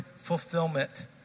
Fulfillment